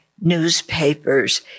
newspapers